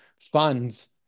funds